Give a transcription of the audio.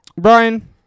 Brian